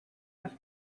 ice